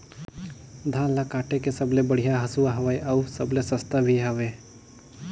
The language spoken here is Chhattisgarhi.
धान ल काटे के सबले बढ़िया हंसुवा हवये? अउ सबले सस्ता भी हवे?